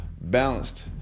balanced